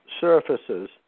surfaces